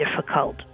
difficult